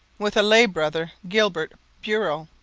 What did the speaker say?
with a lay brother, gilbert burel.